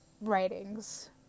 writings